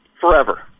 forever